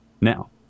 Now